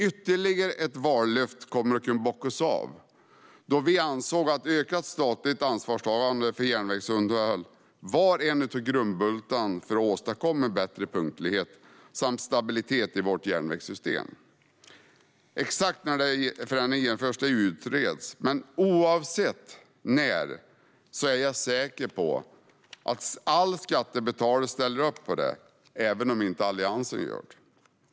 Ytterligare ett vallöfte kommer att kunna bockas av, då vi ansåg att ökat statligt ansvarstagande för järnvägsunderhåll var en av grundbultarna för att åstadkomma bättre punktlighet samt stabilitet i vårt järnvägssystem. Exakt när förändringen ska genomföras utreds. Men oavsett när det blir är jag säker på att alla skattebetalare ställer upp på detta, även om inte Alliansen gör det.